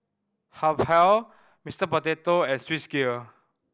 Habhal Mister Potato and Swissgear